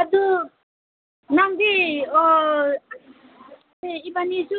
ꯑꯗꯨ ꯅꯪꯒꯤ ꯏꯕꯥꯟꯅꯤꯁꯨ